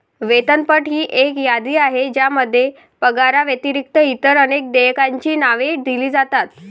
वेतनपट ही एक यादी आहे ज्यामध्ये पगाराव्यतिरिक्त इतर अनेक देयकांची नावे दिली जातात